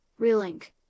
Relink